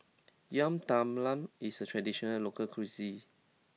Yam Talam is a traditional local cuisine